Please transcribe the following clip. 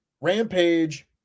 Rampage